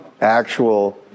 actual